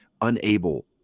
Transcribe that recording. unable